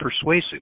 persuasive